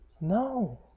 No